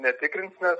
netikrins nes